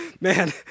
Man